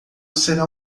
será